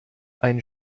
ein